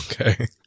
Okay